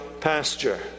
pasture